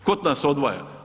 Tko nas odvaja?